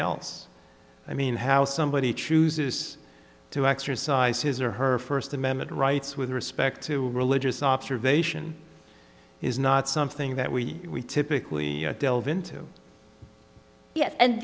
else i mean how somebody chooses to exercise his or her first amendment rights with respect to religious observation is not something that we typically delve into yet and